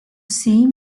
see